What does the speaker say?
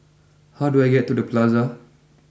how do I get to the Plaza